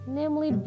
namely